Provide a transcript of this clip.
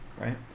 right